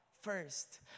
first